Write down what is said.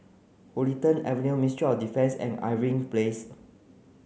Huddington Avenue Ministry of Defence and Irving Place